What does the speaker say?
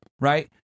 right